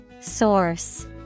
Source